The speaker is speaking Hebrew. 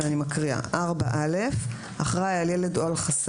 ואני מקריאה: 4.הצגת אישור המשטרה לאחראי על ילד או על חסר